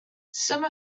some